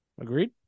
Agreed